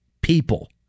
people